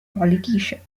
politicians